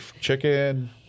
chicken